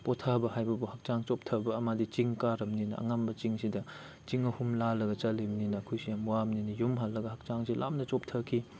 ꯄꯣꯊꯥꯕ ꯍꯥꯏꯕꯕꯨ ꯍꯛꯆꯥꯡ ꯆꯣꯛꯊꯕ ꯑꯃꯗꯤ ꯆꯤꯡ ꯀꯥꯔꯕꯅꯤꯅ ꯑꯉꯝꯕ ꯆꯤꯡꯁꯤꯗ ꯆꯤꯡ ꯑꯍꯨꯝ ꯂꯥꯜꯂꯒ ꯆꯠꯂꯤꯕꯅꯤꯅ ꯑꯩꯈꯣꯏꯁꯦ ꯌꯥꯝ ꯋꯥꯕꯅꯤꯅ ꯌꯨꯝ ꯍꯜꯂꯒ ꯍꯛꯆꯥꯡꯁꯦ ꯌꯥꯝꯅ ꯆꯣꯛꯊꯈꯤ